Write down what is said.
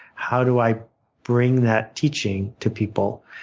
how do i bring that teaching to people?